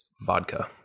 vodka